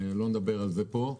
לא נדבר על זה פה.